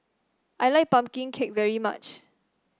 I like pumpkin cake very much